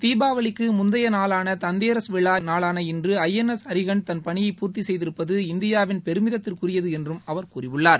தீபாவளிக்கு முந்தைய நாளான தந்த் தேரஸ் விழா நாளான இன்று ஐ என் எஸ் அரிஹண்ட் பணியை பூர்த்தி செய்திருப்பது இந்தியாவின் பெருமிதத்திற்குரியது என்றும் அவர் கூறியுள்ளார்